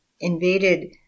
invaded